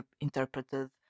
interpreted